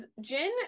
Jin